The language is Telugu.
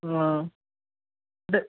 అంటే